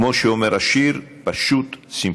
כמו שאומר השיר, פשוט שמחה.